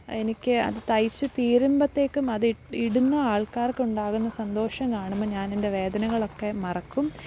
എനിക്ക് അത് തയ്ച്ചു തീരുമ്പോഴത്തേക്കും അത് ഇടുന്ന ആൾക്കാർക്കുണ്ടാകുന്ന സന്തോഷം കാണുമ്പോൾ ഞാനെന്റെ വേദനകളൊക്കെ മറക്കും